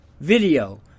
video